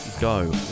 go